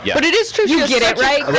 yeah but it is true you get it, right,